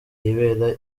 yibera